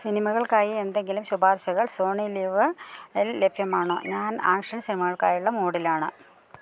സിനിമകൾക്കായി എന്തെങ്കിലും ശുപാർശകൾ സോണിലിവ് എൽ ലഭ്യമാണോ ഞാൻ ആക്ഷൻ സിനിമകൾക്കായുള്ള മൂഡിലാണ്